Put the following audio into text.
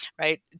right